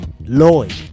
Lloyd